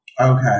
Okay